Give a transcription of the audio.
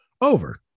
over